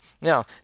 Now